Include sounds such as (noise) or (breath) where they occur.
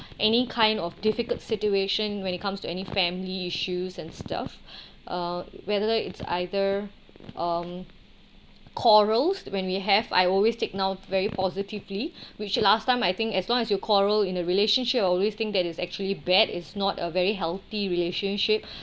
any kind of difficult situation when it comes to any family issues and stuff (breath) uh whether it's either um quarrels when we have I always take now very positively (breath) which last time I think as long as you quarrel in a relationship I always think that it's actually bad it's not a very healthy relationship (breath)